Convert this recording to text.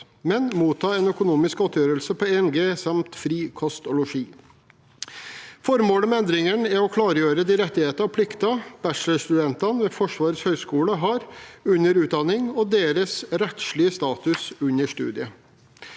men motta en økonomisk godtgjørelse på 1 G samt fri kost og losji. Formålet med endringene er å klargjøre de rettigheter og plikter bachelorstudentene ved Forsvarets høgskole har under utdanningen, og deres rettslige status under studiet.